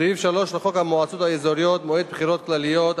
סעיף 3 לחוק המועצות האזוריות (מועד בחירות כלליות),